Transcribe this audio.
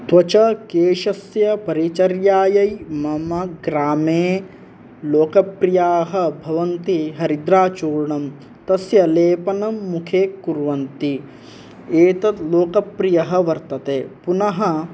त्वच केशस्य परिचर्यायै मम ग्रामे लोकप्रियाः भवन्ति हरिद्राचूर्णं तस्य लेपनं मुखे कुर्वन्ति एतद् लोकप्रियः वर्तते पुनः